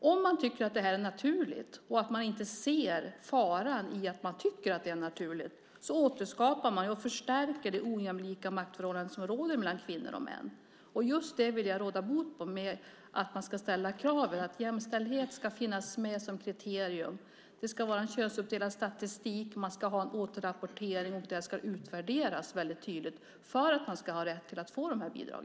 Om man tycker att det här är naturligt, och inte ser faran i att man tycker att det är naturligt, återskapar man och förstärker det ojämlika maktförhållande som råder mellan kvinnor och män. Just det vill jag råda bot på med att ställa kravet att jämställdhet ska finnas med som kriterium, att det ska vara en könsuppdelad statistik, att man ska ha en återrapportering och att det ska utvärderas väldigt tydligt för att man ska ha rätt att få bidrag.